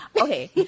Okay